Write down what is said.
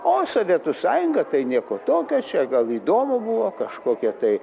o sovietų sąjunga tai nieko tokio čia gal įdomu buvo kažkokia tai